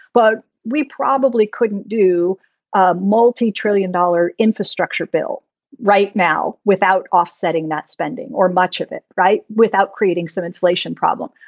but we probably couldn't do ah multitrillion dollar infrastructure bill right now without offsetting that spending or much of it. right. without creating some inflation problem.